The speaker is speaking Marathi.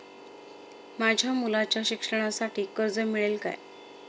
माझ्या मुलाच्या शिक्षणासाठी कर्ज मिळेल काय?